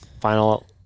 final